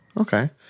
Okay